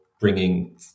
bringing